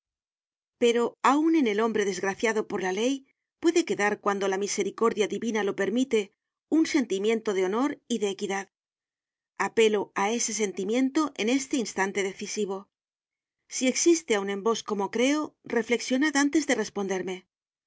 pero aun en el hombre desgraciado por la ley puede quedar cuando la misericordia divina lo permite un sentimiento de honor y de equidad apelo á ese sentimiento en este instante decisivo si existe aun en vos como creo reflexionad antes de responderme